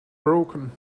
broken